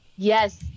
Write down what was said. Yes